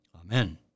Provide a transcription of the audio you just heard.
Amen